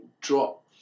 drop